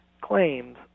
claims